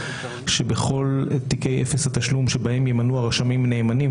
שבכל תיקי אפס התשלום שבהם ימנו הרשמים נאמנים,